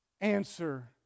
answer